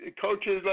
coaches